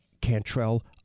Cantrell